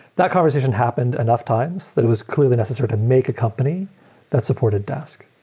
that conversation happened enough times that it was clearly necessary to make a company that supported dask.